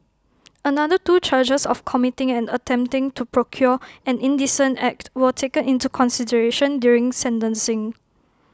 another two charges of committing and attempting to procure an indecent act were taken into consideration during sentencing